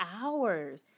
Hours